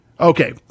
Okay